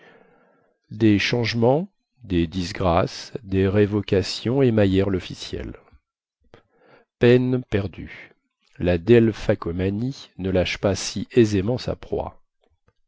des changements des disgrâces des révocations émaillèrent lofficiel peine perdue la delphacomanie ne lâche pas si aisément sa proie